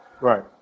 Right